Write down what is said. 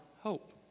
hope